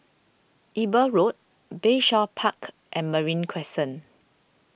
Eber Road Bayshore Park and Marine Crescent